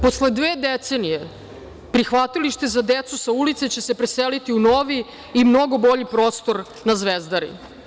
Posle dve decenije, prihvatilište za decu sa ulice će se preseliti u novi i mnogo bolji prostor na Zvezdari.